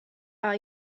are